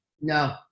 no